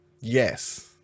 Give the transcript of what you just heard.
Yes